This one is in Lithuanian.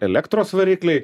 elektros varikliai